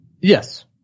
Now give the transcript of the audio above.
Yes